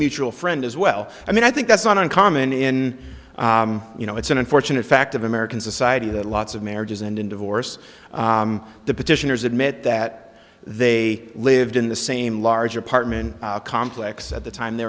mutual friend as well i mean i think that's not uncommon in you know it's an unfortunate fact of american society that lots of marriages end in divorce the petitioners admit that they lived in the same large apartment complex at the time they